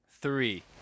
three